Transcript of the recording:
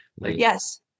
Yes